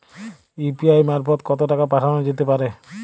UPI মারফত কত টাকা পাঠানো যেতে পারে?